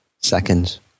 seconds